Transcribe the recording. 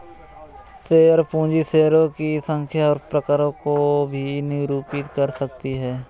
share पूंजी शेयरों की संख्या और प्रकारों को भी निरूपित कर सकती है